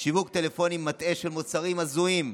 שיווק טלפוני מטעה של מוצרים הזויים,